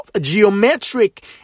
geometric